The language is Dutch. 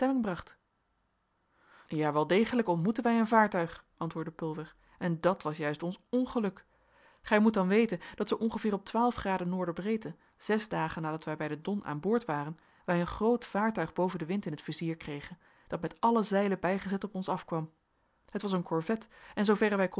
bracht jawel degelijk ontmoetten wij een vaartuig antwoordde pulver en dat was juist ons ongeluk gij moet dan weten dat zoo ongeveer op graden n b zes dagen nadat wij bij den don aan boord waren wij een groot vaartuig boven den wind in t vizier kregen dat met alle zeilen bijgezet op ons afkwam het was een korvet en zooverre wij